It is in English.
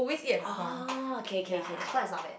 oh okay okay okay Nakhon is not bad